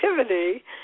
activity